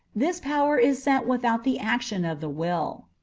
this power is sent without the action of the will.